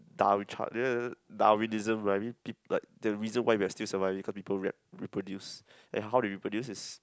downchart Darwinism like the reason why we are still survive because people wrap reproduce then how do you reproduce is